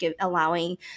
allowing